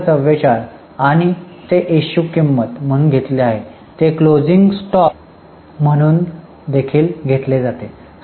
44 आणि ते इश्यू किंमत म्हणून घेतले जाते आणि ते क्लोजिंग स्टॉक म्हणून देखील घेतले जाते